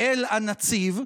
אל הנציב,